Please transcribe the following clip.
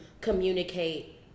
communicate